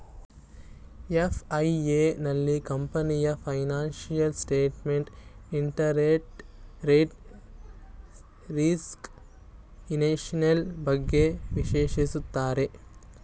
FIA, ನಲ್ಲಿ ಕಂಪನಿಯ financial statement, interest rate risk, inflation, ಬಗ್ಗೆ ವಿಶ್ಲೇಷಿಸುತ್ತಾರೆ